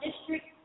district